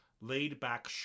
laid-back